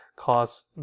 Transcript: cause